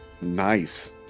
Nice